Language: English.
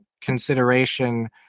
consideration